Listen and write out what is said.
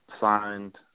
signed